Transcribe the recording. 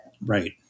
Right